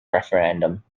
referendum